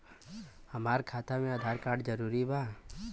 हमार खाता में आधार कार्ड जरूरी बा?